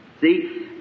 See